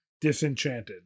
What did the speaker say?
Disenchanted